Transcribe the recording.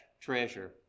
treasure